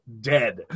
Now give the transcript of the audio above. dead